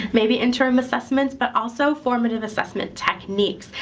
maybe interim assessments, but also formative assessment techniques.